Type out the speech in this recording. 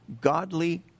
godly